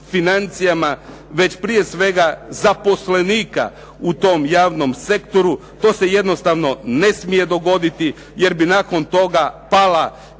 već prije svega zaposlenika u tom javnom sektoru. To se jednostavno ne smije dogoditi jer bi nakon toga pala